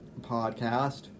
podcast